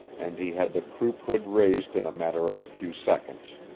and he had the croup-hood raised in a matter of a few seconds.